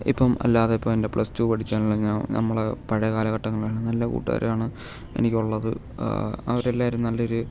ഇപ്പം അല്ലാതെ ഇപ്പോൾ എൻ്റെ പ്ലസ് ടു പഠിച്ച ഞാൻ നമ്മളെ പഴയ കാലഘട്ടങ്ങളിൽ നിന്നുള്ള കൂട്ടുകാരാണ് എനിക്കുള്ളത് അവരെല്ലാവരും നല്ലൊരു